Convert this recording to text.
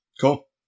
Cool